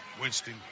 Winston